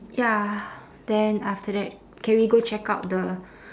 ya then after that can we go check out the